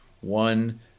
one